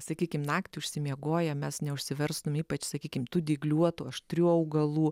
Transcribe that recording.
sakykim naktį užsimiegoję mes neužsiverstum ypač sakykim tų dygliuotų aštrių augalų